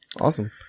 Awesome